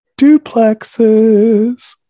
duplexes